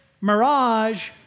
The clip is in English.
mirage